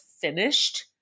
finished